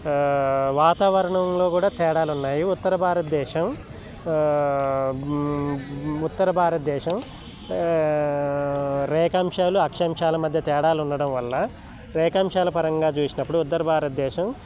వాతావరణంలో కూడా తేడాలున్నాయి ఉత్తర భారతదేశం ఉత్తర భారతదేశం రేకాంక్షాలు అక్షాంక్షాల మధ్య తేడాలు ఉండడం వల్ల రేకాంక్షాల పరంగా చూసినప్పుడు ఉత్తర భారతదేశం